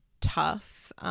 tough